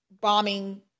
bombing